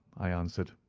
i answered,